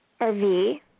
RV